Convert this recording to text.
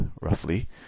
roughly